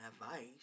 advice